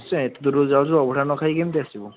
ନିଶ୍ଚୟ ଏତେ ଦୂରୁରୁ ଯାଉଛୁ ଅଭଡ଼ା ନ ଖାଇକି କେମିତି ଆସିବୁ